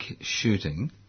shooting